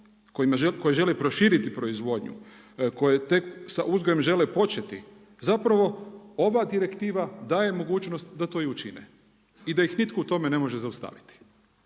koje žele proširiti proizvodnju, koje tek sa uzgojem žele početi, zapravo, ova direktiva daje mogućnost da to i učine i da ih nitko u tome ne može zaustaviti.